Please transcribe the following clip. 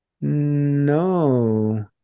no